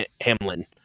Hamlin